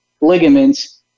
ligaments